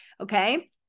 Okay